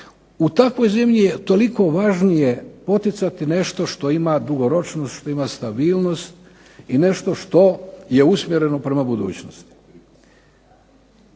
u takvoj zemlji je toliko važnije poticati nešto što ima dugoročnost, što ima stabilnost i nešto što je usmjereno prema budućnosti.